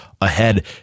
ahead